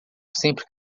sempre